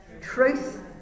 truth